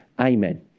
Amen